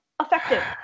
effective